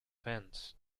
fence